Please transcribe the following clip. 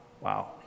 Wow